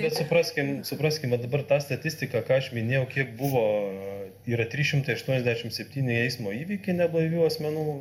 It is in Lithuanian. bet supraskim supraskim va dabar tą statistiką ką aš minėjau kiek buvo yra trys šimtai aštuoniasdešimt septyni eismo įvykiai neblaivių asmenų